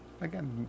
again